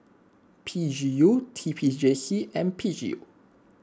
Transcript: P G U T P J C and P G U